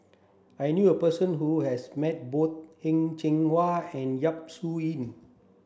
I knew a person who has met both Heng Cheng Hwa and Yap Su Yin